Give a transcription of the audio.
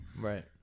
Right